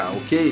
ok